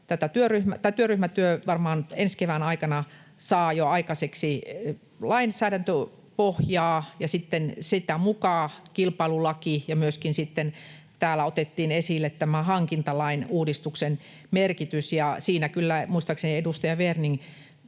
tämä työryhmä varmaan ensi kevään aikana saa jo aikaiseksi lainsäädäntöpohjaa ja sitten sitä mukaa kilpailulakia. Täällä otettiin myöskin sitten esille tämä hankintalain uudistuksen merkitys — muistaakseni edustaja Werning